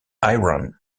iran